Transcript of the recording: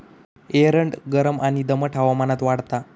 एरंड गरम आणि दमट हवामानात वाढता